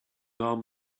arm